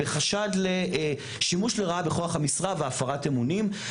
בחשד לשימוש לרעה בכוח המשרה והפרת אמונים,